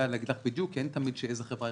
להגיד לך בדיוק כי אין תמיד ציון איזו חברה היא